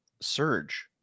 surge